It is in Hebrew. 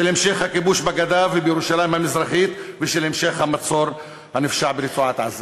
המשך הכיבוש בגדה ובירושלים המזרחית ושל המשך המצור הנפשע ברצועת-עזה.